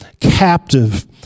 captive